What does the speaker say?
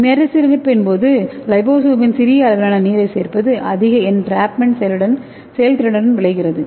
மறுசீரமைப்பின் போது லிபோசோமில் சிறிய அளவிலான நீரைச் சேர்ப்பது அதிக என்ட்ராப்மென்ட் செயல்திறனுடன் விளைகிறது